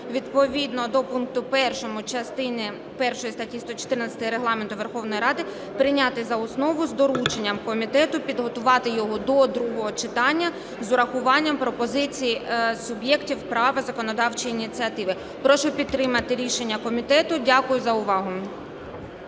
відповідно до пункту 1 частини першої статті 114 Регламенту Верховної Ради, прийняти за основу з дорученням комітету підготувати його до другого читання з урахуванням пропозицій суб'єктів права законодавчої ініціативи. Прошу підтримати рішення комітету. Дякую за увагу.